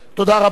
תודה רבה.